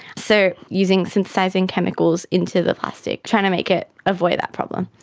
so using synthesising chemicals into the plastic, trying to make it avoid that problem.